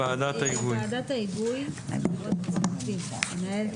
ועדת ההיגוי תערוך תנהל,